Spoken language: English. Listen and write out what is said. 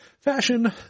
fashion